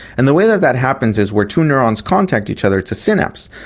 and the way that that happens is where two neurons contact each other it's a synapse,